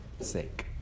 sake